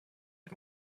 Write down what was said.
had